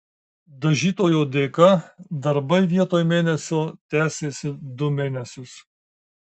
dažytojo dėka darbai vietoj mėnesio tęsėsi du mėnesius